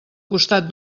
costat